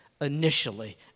initially